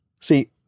See